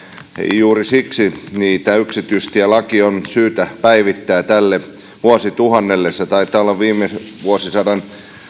juuri siksi tämä yksityistielaki on syytä päivittää tälle vuosituhannelle se taitaa olla viime vuosisadan